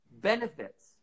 benefits